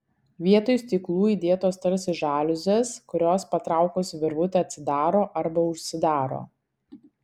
vietoj stiklų įdėtos tarsi žaliuzės kurios patraukus virvutę atsidaro arba užsidaro